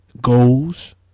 goals